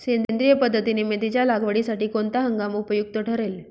सेंद्रिय पद्धतीने मेथीच्या लागवडीसाठी कोणता हंगाम उपयुक्त ठरेल?